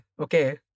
okay